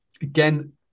Again